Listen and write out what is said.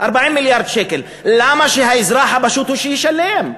40 מיליארד שקל, למה שהאזרח הפשוט הוא שישלם?